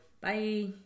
Bye